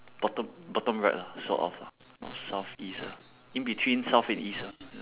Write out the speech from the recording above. bottom bottom right lah sort of lah north south east ah in between south and east ah ya